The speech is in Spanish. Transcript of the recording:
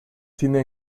cine